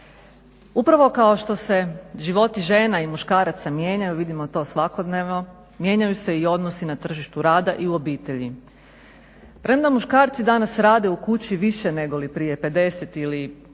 Upravo kao što se životi žena i muškaraca mijenjaju, vidimo to svakodnevno. Mijenjaju se i odnosi na tržištu rada i u obitelji. Premda muškarci danas rade u kući više nego li prije 50 ili